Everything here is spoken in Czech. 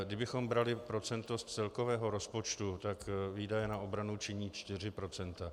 Kdybychom brali procento z celkového rozpočtu, tak výdaje na obranu činí 4 %.